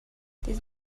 this